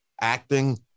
acting